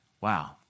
Wow